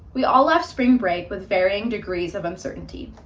we all left spring break with varying degrees of uncertainty.